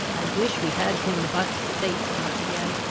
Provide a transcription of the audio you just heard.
i wish we had him but safe once again!